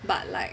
but like